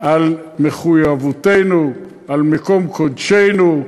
על מחויבותנו, על מקום קודשנו.